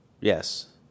yes